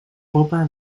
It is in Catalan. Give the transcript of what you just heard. popa